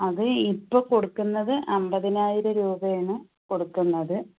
അത് ഇപ്പൊൾ കൊടുക്കുന്നത് അമ്പതിനായിരം രൂപയാണ് കൊടുക്കുന്നത്